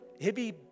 heavy